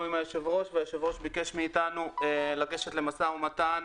עם היושב-ראש והיושב-ראש ביקש מאתנו לגשת למשא ומתן,